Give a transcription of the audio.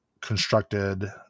constructed